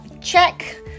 Check